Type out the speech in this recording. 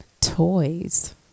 Toys